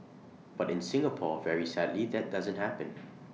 but in Singapore very sadly that doesn't happen